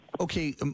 Okay